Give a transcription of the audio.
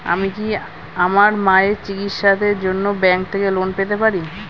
আমি কি আমার মায়ের চিকিত্সায়ের জন্য ব্যঙ্ক থেকে লোন পেতে পারি?